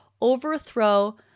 overthrow